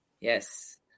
Yes